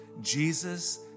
Jesus